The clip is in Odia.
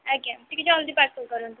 ଆଜ୍ଞା ଟିକେ ଜଲଦି ପାର୍ସଲ୍ କରନ୍ତୁ